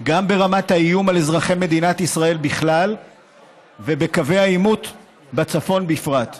ברמת האיום על אזרחי מדינת ישראל בכלל ובקווי העימות בצפון בפרט.